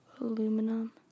Aluminum